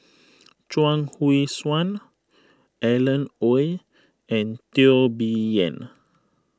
Chuang Hui Tsuan Alan Oei and Teo Bee Yen